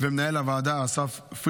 גם מהלשכה המשפטית, ולמנהל הוועדה אסף פרידמן.